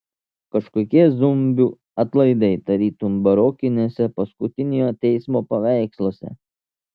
kažkokie zombių atlaidai tarytum barokiniuose paskutiniojo teismo paveiksluose